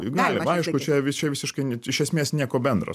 galima aišku čia čia visiškai iš esmės nieko bendro